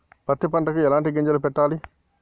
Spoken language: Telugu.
పత్తి పంటకి ఎలాంటి గింజలు పెట్టాలి?